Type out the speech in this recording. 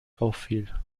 auffiel